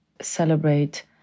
celebrate